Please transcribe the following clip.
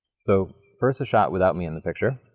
so, first a shot without me in the picture.